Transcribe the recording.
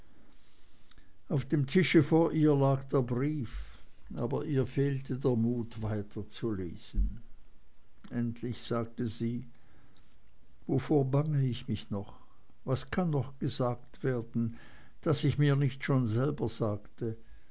auf dem tisch vor ihr lag der brief aber ihr fehlte der mut weiterzulesen endlich sagte sie wovor bange ich mich noch was kann noch gesagt werden das ich mir nicht schon selber sagte